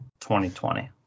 2020